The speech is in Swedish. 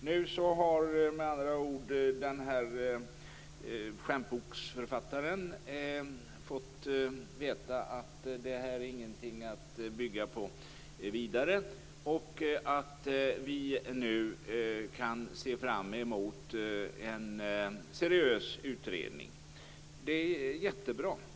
Nu har med andra ord skämtboksförfattaren fått veta att skriften inte är något att bygga vidare på. Vi kan se fram emot en seriös utredning. Det är jättebra.